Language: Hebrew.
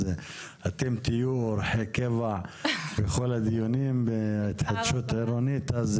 אז אתם תהיו אורחי קבע בכל הדיונים בהתחדשות עירונית.